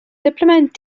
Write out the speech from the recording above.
supplement